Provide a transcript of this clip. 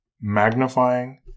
magnifying